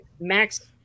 max